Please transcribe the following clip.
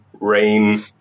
rain